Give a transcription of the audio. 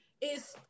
is-